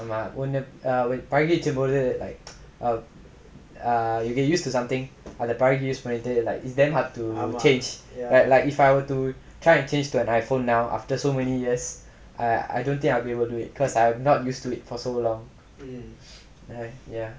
ஆமா ஒன்னு பளிகிச்ச போது:aamaa onnu paligicha pothu like um err you can use for something அத பழகி:atha palagi use பண்ணிட்டு:pannittu like it's damn hard to teach like like if I were to try and change to an iphone now after so many years I I don't think I will be able do it cause I am not used to it also lah ya